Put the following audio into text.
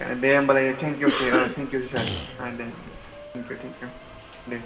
दे होनबालाय थेंकइउ सै sir thank you औ थैंकइउ थैंकइउ दे